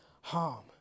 harm